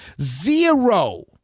zero